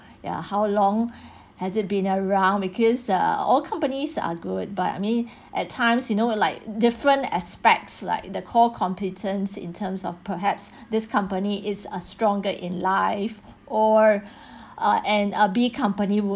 ya how long has it been around because uh all companies are good but I mean at times you know like different aspects like the core competence in terms of perhaps this company is uh stronger in life or err and err B company would